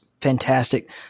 fantastic